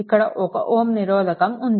ఇక్కడ 1Ω నిరోధకం ఉంది